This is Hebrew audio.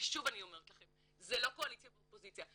ושוב אני אומרת לכם, זה לא קואליציה ואופוזיציה.